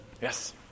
Yes